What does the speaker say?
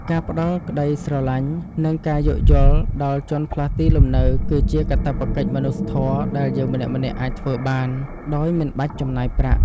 ការផ្តល់ក្តីស្រឡាញ់ និងការយោគយល់ដល់ជនផ្លាស់ទីលំនៅគឺជាកាតព្វកិច្ចមនុស្សធម៌ដែលយើងម្នាក់ៗអាចធ្វើបានដោយមិនបាច់ចំណាយប្រាក់។